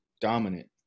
dominant